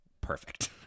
Perfect